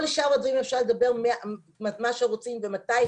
כל שאר הדברים אפשר לדבר מה שרוצים ומתי,